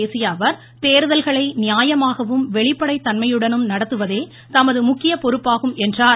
பேசியஅவர் தேர்தல்களை நியாயமாகவும் வெளிப்படைக் பதவியேற்றபின் தன்மையுடனும் நடத்துவதே தமது முக்கிய பொறுப்பாகும் என்றார்